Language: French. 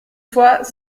fois